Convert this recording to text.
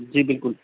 जी बिल्कुल